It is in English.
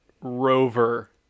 rover